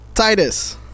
Titus